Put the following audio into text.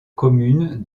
commune